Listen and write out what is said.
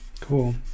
Cool